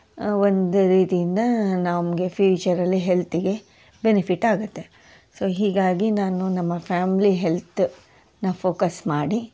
ಒಂದು ರೀತಿಯಿಂದ ನಮಗೆ ಫ್ಯೂಚರಲ್ಲಿ ಹೆಲ್ತಿಗೆ ಬೆನಿಫಿಟ್ ಆಗುತ್ತೆ ಸೊ ಹೀಗಾಗಿ ನಾನು ನಮ್ಮ ಫ್ಯಾಮ್ಲಿ ಹೆಲ್ತ್ನ ಫೋಕಸ್ ಮಾಡಿ